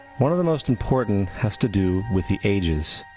one of the most important has to do with the ages.